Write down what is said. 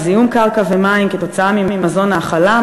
לזיהום קרקע ומים כתוצאה ממזון ההאכלה,